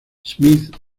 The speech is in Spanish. smith